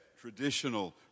traditional